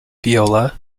viola